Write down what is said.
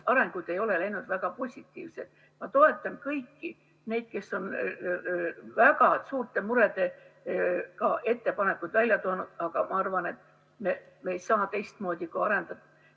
arengud ei ole läinud väga positiivselt. Ma toetan kõiki neid, kes on väga suurte murede kõrval ka ettepanekuid välja toonud, aga ma arvan, et me ei saa teistmoodi, kui vaadata